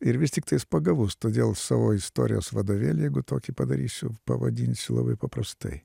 ir vis tiktais pagavus todėl savo istorijos vadovėlį jeigu tokį padarysiu pavadinsiu labai paprastai